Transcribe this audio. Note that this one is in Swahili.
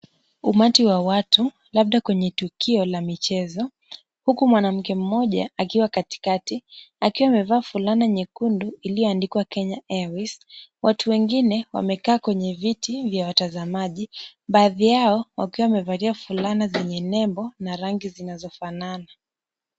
Umati wa watu labda kwenye tukio la michezo, huku mwanamke mmoja akiwa katikati, akiwa amevaa fulana nyekundu iliyoandikwa Kenya Airways. Watu wengine waekaa kwenye viti vya watazamaji. Baadhi yao wakiwa wamevalia fulana zenye nembo na rangi zinazofanana.